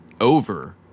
over